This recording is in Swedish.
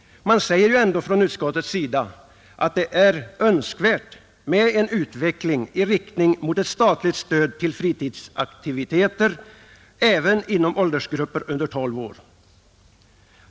Man säger ju ändå från utskottets sida, att det är önskvärt med en utveckling i riktning mot ett statligt stöd till fritidsaktiviteter även inom åldersgrupper under 12 år.